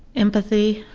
empathy.